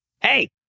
hey